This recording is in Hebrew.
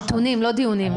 נתונים, לא דיונים.